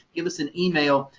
give us an email,